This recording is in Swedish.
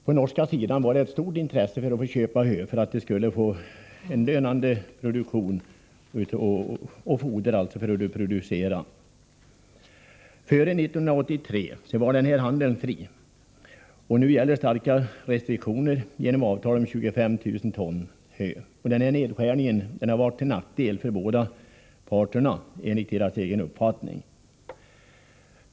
På den norska sidan hade man ett stort intresse av att köpa hö för att man skulle få en lönsam produktion. Före 1983 var denna handel fri. Numera gäller stränga restriktioner genom ett avtal om 25 000 ton hö. Denna nedskärning har varit till nackdel för båda parter enligt deras egen uppfattning.